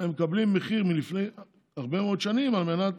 הם מקבלים מחיר מלפני הרבה מאוד שנים, על מנת